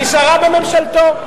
נשארה בממשלתו.